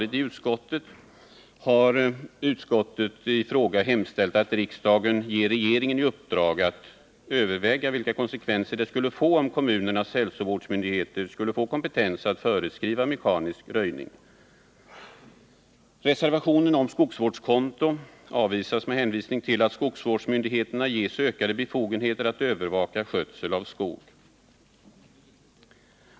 Utskottet har här hemställt att riksdagen ger regeringen i uppdrag att överväga vilka konsekvenserna skulle bli, om kommunernas hälsovårdsmyndigheter finge kompetens att föreskriva mekanisk röjning. Reservationen om skogsvårdskonto avstyrks med hänvisning till att skogsvårdsmyndigheterna ges ökade befogenheter att övervaka skötsel av skog.